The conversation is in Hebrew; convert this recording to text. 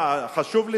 מה, חשוב לי